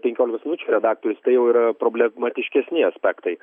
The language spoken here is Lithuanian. penkiolikos minučių redaktorius tai jau yra problematiškesni aspektai